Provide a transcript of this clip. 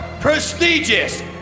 prestigious